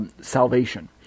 salvation